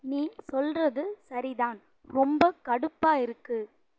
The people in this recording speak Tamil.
நீ சொல்கிறது சரி தான் ரொம்ப கடுப்பாக இருக்குது